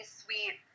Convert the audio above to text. sweet